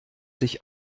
sich